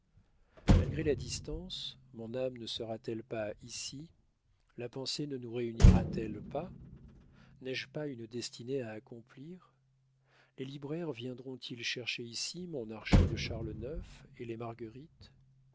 malgré la distance mon âme ne sera-t-elle pas ici la pensée ne nous réunira t elle pas n'ai-je pas une destinée à accomplir les libraires viendront ils chercher ici mon archer de charles ix et les marguerites